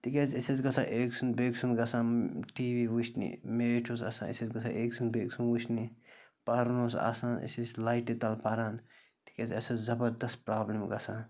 تِکیٛازِ أسۍ ٲسۍ گژھان أکۍ سُنٛد بیٚکہِ سُنٛد گژھان ٹی وی وٕچھنہِ میچ اوس آسان أسۍ ٲسۍ گژھان أکۍ سُنٛد بیٚکہِ سُنٛد وٕچھنہِ پَرُن اوس آسان أسۍ ٲسۍ لایٹہِ تَل پَران تِکیٛازِ اَسہِ ٲس زَبَردَس پرٛابلِم گژھان